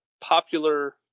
popular